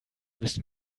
müssen